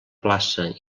plaça